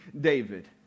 David